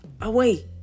away